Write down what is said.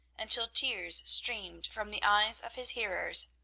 until tears streamed from the eyes of his hearers.